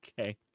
Okay